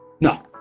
No